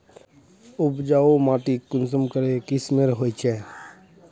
उपजाऊ माटी कुंसम करे किस्मेर होचए?